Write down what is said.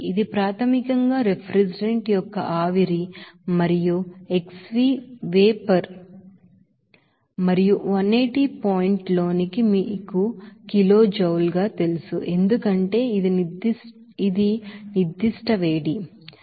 ఇది ప్రాథమికంగా ఆ రిఫ్రిజిరెంట్ యొక్క ఆవిరి మరియు ఇది xv వేపర్ మరియు 180 పాయింట్ లోనికి మీకు కిలోజౌల్ తెలుసు ఎందుకంటే ఇది మీకు నిర్ధిష్ట వేడిమి ఆవిరి 180